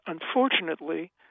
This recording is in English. unfortunately